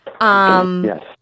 Yes